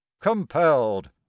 compelled